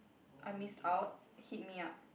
I missed out hit me up